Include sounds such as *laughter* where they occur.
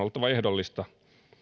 *unintelligible* oltava ehdollista